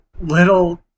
little